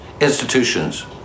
institutions